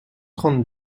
trente